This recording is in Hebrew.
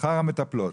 שכר המטפלות.